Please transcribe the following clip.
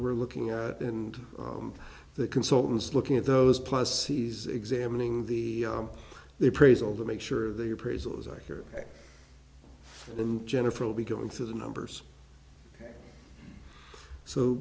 we're looking at and the consultants looking at those plus he's examining the the appraisal the make sure the appraisal is accurate and jennifer will be going through the numbers so